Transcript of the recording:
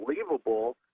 unbelievable